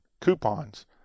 coupons